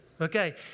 Okay